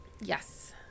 yes